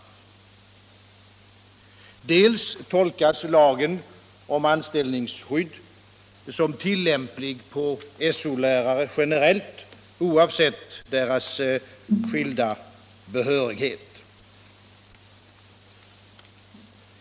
För det andra tolkas lagen om anställningsskydd som tillämplig på So-lärare generellt, oavsett deras skilda behörighet.